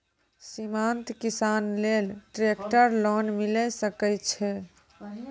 सीमांत किसान लेल ट्रेक्टर लोन मिलै सकय छै?